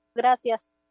Gracias